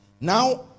Now